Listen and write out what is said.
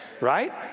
right